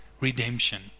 redemption